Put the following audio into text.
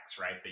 right